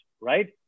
right